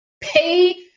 pay